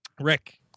Rick